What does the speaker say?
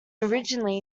originally